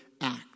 act